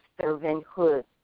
servanthood